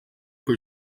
por